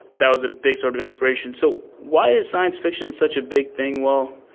that was a big sort of inspiration. so why is science fiction such a big thing? well,